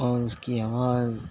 اور اس کی آواز